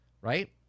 right